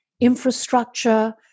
infrastructure